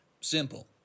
Simple